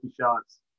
shots